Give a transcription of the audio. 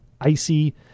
icy